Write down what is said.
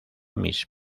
mis